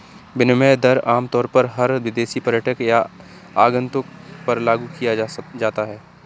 विनिमय दर आमतौर पर हर विदेशी पर्यटक या आगन्तुक पर लागू किया जाता है